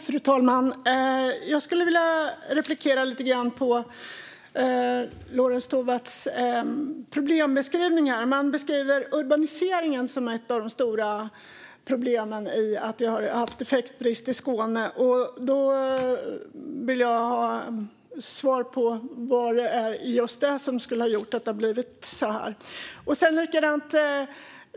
Fru talman! Jag skulle vilja fråga lite grann om Lorentz Tovatts problembeskrivning. Man beskriver urbaniseringen som ett av de stora problemen när det gäller att vi har haft effektbrist i Skåne. Då vill jag ha svar på vad det är i just detta som skulle ha gjort att det har blivit så här.